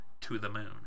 To-the-moon